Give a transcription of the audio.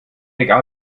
egal